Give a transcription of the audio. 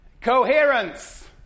Coherence